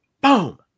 boom